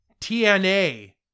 tna